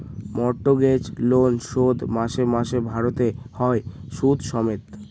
mortgage loan শোধ মাসে মাসে ভারতে হয় সুদ সমেত